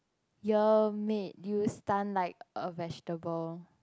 year make you stun like a vegetable